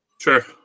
Sure